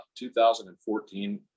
2014